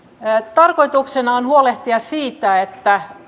tarkoituksena on huolehtia siitä että